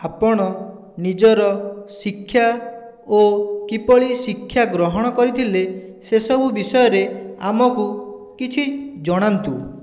ଆପଣ ନିଜର ଶିକ୍ଷା ଓ କିପରି ଶିକ୍ଷା ଗ୍ରହଣ କରିଥିଲେ ସେସବୁ ବିଷୟରେ ଆମକୁ କିଛି ଜଣାନ୍ତୁ